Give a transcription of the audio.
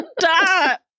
stop